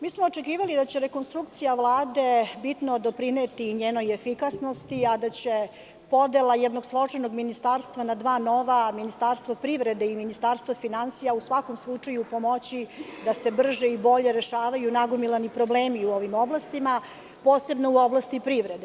Mi smo očekivali da će rekonstrukcija Vlade bitno doprineti njenoj efikasnosti, a da će podela jednog složenog ministarstva na dva nova – Ministarstvo privrede i Ministarstvo finansija u svakom slučaju pomoći da se brže i bolje rešavaju nagomilani problemi u ovim oblastima, posebno u oblasti privrede.